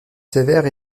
sévères